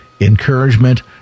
encouragement